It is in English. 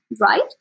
right